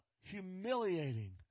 humiliating